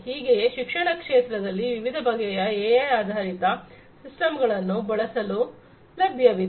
ಹೀಗೆಯೇ ಶಿಕ್ಷಣ ಕ್ಷೇತ್ರದಲ್ಲಿ ವಿವಿಧ ಬಗೆಯ ಎಐ ಆಧಾರಿತ ಸಿಸ್ಟಮ್ ಗಳನ್ನು ಬಳಸಲು ಲಭ್ಯವಿದೆ